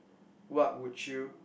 what would you